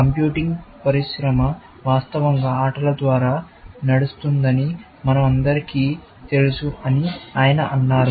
computing పరిశ్రమ వాస్తవంగా ఆటల ద్వారా నడుస్తుందని మనం దరికీ తెలుసు అని ఆయన అన్నారు